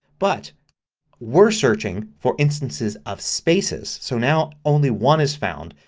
but we're searching for instances of spaces. so now only one is found.